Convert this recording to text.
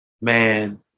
man